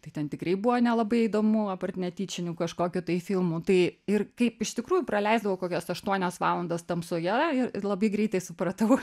tai ten tikrai buvo nelabai įdomu apart netyčinių kažkokių tai filmų tai ir kaip iš tikrųjų praleisdavau kokias aštuonias valandas tamsoje ir labai greitai supratau